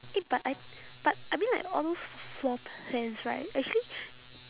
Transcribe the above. eh but I but I mean like all those floor plans right actually